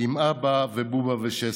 עם אבא ובובה ושסק.